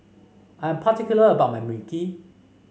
I'm particular about my Mui Kee